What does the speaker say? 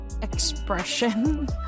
expression